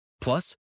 Plus